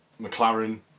McLaren